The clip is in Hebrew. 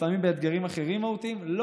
לפעמים באתגרים מהותיים אחרים,